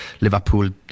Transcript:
Liverpool